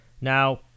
now